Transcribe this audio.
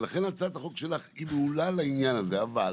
לכן הצעת החוק שלך מעולה לעניין הזה, אבל